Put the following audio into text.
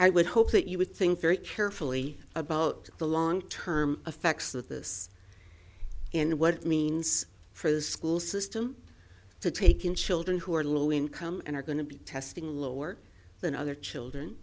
i would hope that you would think very carefully about the long term effects of this and what it means for the school system to take in children who are low income and are going to be testing lower than other children